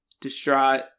distraught